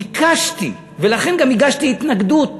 ביקשתי, ולכן גם הגשתי התנגדות